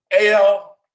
AL